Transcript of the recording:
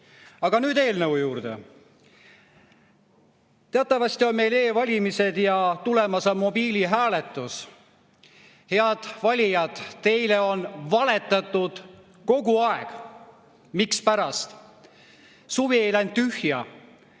Aga nüüd eelnõu juurde. Teatavasti on meil e-valimised ja tulemas on mobiilihääletus. Head valijad, teile on valetatud kogu aeg! Mispärast? Suvi ei läinud tühja.